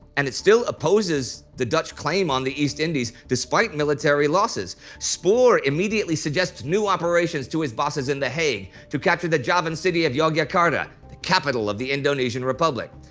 and it still opposes the dutch claim on the east indies, despite military losses. spoor immediately suggests new operations to his bosses in the hague, to capture the javan city of yogyakarta, the capital of the indonesian republic.